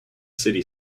city